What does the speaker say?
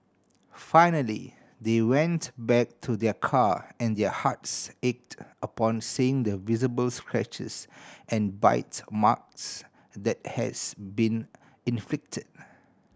finally they went back to their car and their hearts ached upon seeing the visible scratches and bite marks that has been inflicted